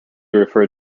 refer